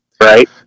right